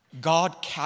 God